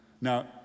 Now